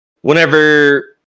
whenever